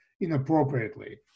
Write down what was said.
inappropriately